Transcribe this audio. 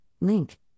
link